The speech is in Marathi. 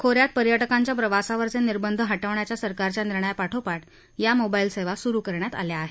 खोऱ्यात पर्यटकांच्या प्रवासावरचे निर्बंध हटवण्याच्या सरकारच्या निर्णयापाठोपाठ या मोबाईल सेवा सुरू करण्यात आल्या आहेत